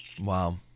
Wow